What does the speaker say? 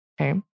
Okay